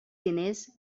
diners